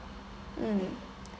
mm